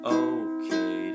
okay